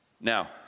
Now